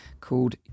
called